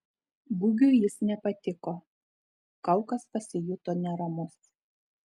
gugiui jis nepatiko kaukas pasijuto neramus